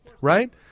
right